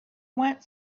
went